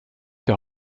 der